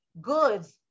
goods